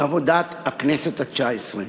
עבודת הכנסת התשע-עשרה: